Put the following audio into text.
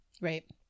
right